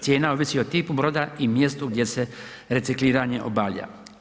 Cijena ovisi o tipu broda i mjestu gdje se recikliranje obavlja.